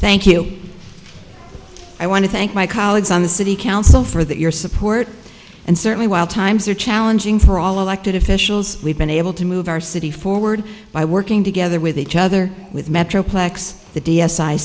thank i want to thank my colleagues on the city council for that your support and certainly while times are challenging for all elected officials we've been able to move our city forward by working together with each other with metroplex the d s i